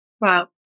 Wow